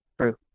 True